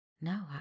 No